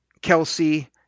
Kelsey